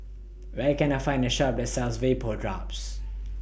Where Can I Find A Shop that sells Vapodrops